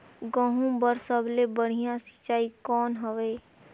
गहूं बर सबले बढ़िया सिंचाई कौन हवय?